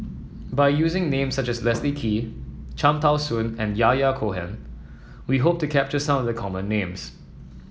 by using names such as Leslie Kee Cham Tao Soon and Yahya Cohen we hope to capture some of the common names